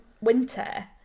Winter